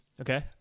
Okay